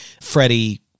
freddie